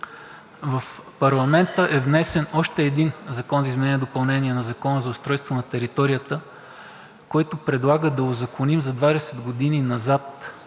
В парламента е внесен още един закон за изменение и допълнение на Закона за устройство на територията, който предлага да узаконим за 20 години назад